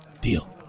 Deal